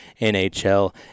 NHL